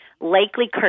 likely